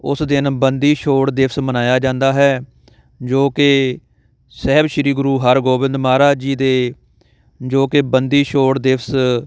ਉਸ ਦਿਨ ਬੰਦੀ ਛੋੜ ਦਿਵਸ ਮਨਾਇਆ ਜਾਂਦਾ ਹੈ ਜੋ ਕਿ ਸਾਹਿਬ ਸ਼੍ਰੀ ਗੁਰੂ ਹਰਗੋਬਿੰਦ ਮਹਾਰਾਜ ਜੀ ਦੇ ਜੋ ਕਿ ਬੰਦੀ ਛੋੜ ਦਿਵਸ